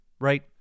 Right